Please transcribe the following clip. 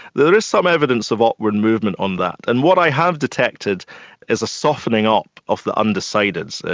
there is some evidence of upward movement on that, and what i have detected is a softening up of the undecideds.